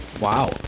Wow